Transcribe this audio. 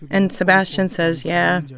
and sebastian says, yeah,